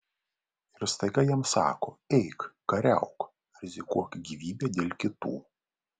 ir staiga jam sako eik kariauk rizikuok gyvybe dėl kitų